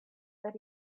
that